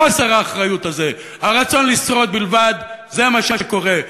חוסר האחריות הזה, הרצון לשרוד בלבד, זה מה שקורה.